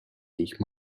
jejich